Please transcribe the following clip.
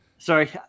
Sorry